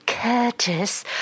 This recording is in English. Curtis